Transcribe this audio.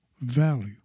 value